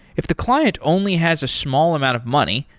if the client only has a small amount of money,